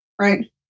right